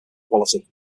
quality